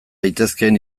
daitezkeen